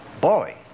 boy